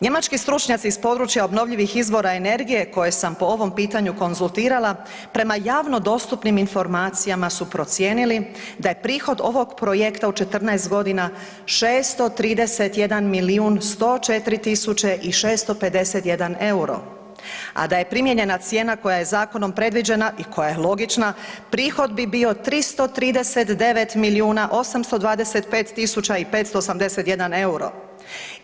Njemački stručnjaci iz područja obnovljivih izvora energije koje sam po ovom pitanju konzultirala, prema javno dostupnim informacijama su procijenili da je prihod ovog projekta u 14.g. 631 milijun, 104 tisuće i 651 EUR-o, a da je primijenjena cijena koja je zakonom predviđena i koja je logična prihod bi bio 339 milijuna, 825 tisuća i 581 EUR-o.